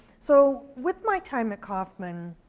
so with my time at kauffman,